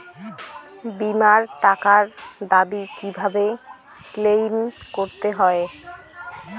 বিমার টাকার দাবি কিভাবে ক্লেইম করতে হয়?